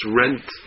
rent